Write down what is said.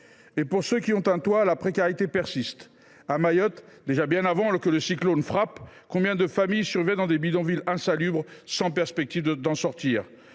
? Pour ceux qui ont un toit, la précarité persiste. À Mayotte, déjà bien avant que le cyclone Chido ne frappe, combien de familles survivaient dans des bidonvilles insalubres, sans perspective d’en sortir ?